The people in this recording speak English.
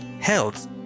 health